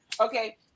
okay